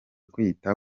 kwita